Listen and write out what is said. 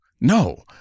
no